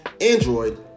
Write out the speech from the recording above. Android